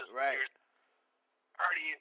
right